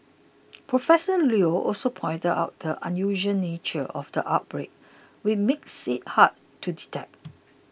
profession Leo also pointed out the unusual nature of the outbreak which we made hard to detect